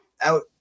out